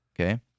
okay